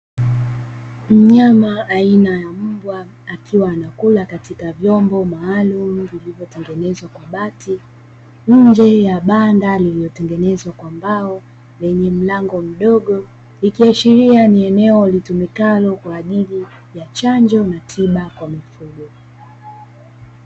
Mnyama aina ya mbwa akiwa anakula katika vyombo maalumu, vilivyotengenezwa kwa bati nje ya banda lililotengenezwa kwa mbao lenye mlango mdogo ikiashiria ni eneo litumikalo kwa ajili ya chanjo na tiba kwa mifugo.